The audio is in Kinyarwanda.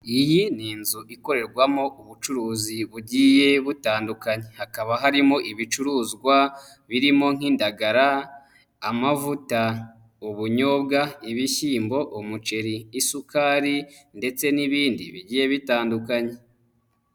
Iyi ni inzu ikorerwamo ubucuruzi bugiye butandukanye, hakaba harimo ibicuruzwa birimo nk'indagara, amavuta, ubunyobwa, ibishyimbo, umuceri, isukari ndetse n'ibindi bigiye bitandukanye.